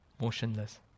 motionless